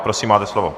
Prosím, máte slovo.